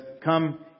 come